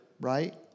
right